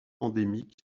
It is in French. endémique